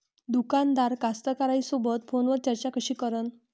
दुकानदार कास्तकाराइसोबत फोनवर चर्चा कशी करन?